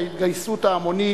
ההתגייסות ההמונית,